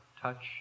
touch